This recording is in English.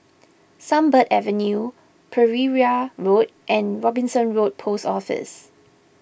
Sunbird Avenue Pereira Road and Robinson Road Post Office